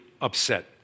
upset